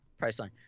Priceline